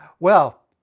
well,